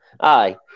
Aye